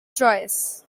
troyes